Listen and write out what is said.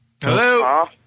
Hello